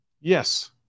Yes